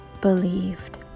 believed